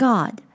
God